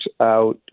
out